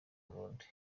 burundi